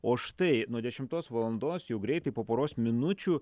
o štai nuo dešimtos valandos jau greitai po poros minučių